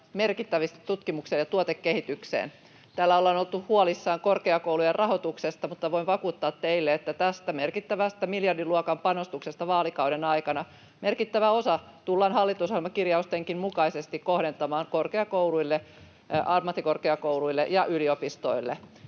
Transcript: merkittävästi tutkimukseen ja tuotekehitykseen. Täällä ollaan oltu huolissaan korkeakoulujen rahoituksesta, mutta voin vakuuttaa teille, että tästä merkittävästä miljardiluokan panostuksesta vaalikauden aikana merkittävä osa tullaan hallitusohjelmakirjaustenkin mukaisesti kohdentamaan korkeakouluille, ammattikorkeakouluille ja yliopistoille.